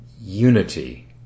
unity